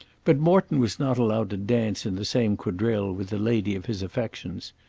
but morton was not allowed to dance in the same quadrille with the lady of his affections.